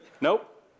Nope